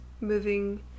moving